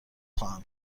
خواهم